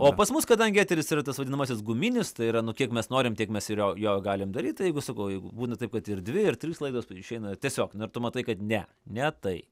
o pas mus kadangi eteris yra tas vadinamasis guminis tai yra nu kiek mes norim tiek mes ir jo jo galim daryt tai jeigu sakau jeigu būna taip kad ir dvi ar trys laidos išeina tiesiog na ir tu matai kad ne ne tai